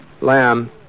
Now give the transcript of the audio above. Lamb